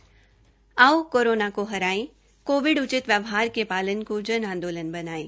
आओ कोरोना को हराए कोविड उचित व्यवहार के पालन को जन आंदोलन बनायें